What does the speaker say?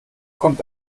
kommt